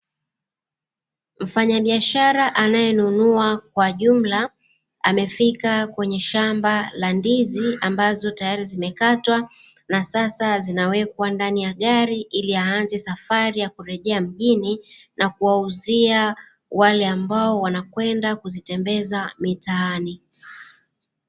Mfanyabiashara anayenunua kwa jumla, amefika kwenye shamba la ndizi ambazo tayari zimekatwa na sasa zinawekwa ndani ya gari, ili aanze safari ya kurejea mjini na kuwauzia wale ambao wanakwenda kuzitembeza mitaani.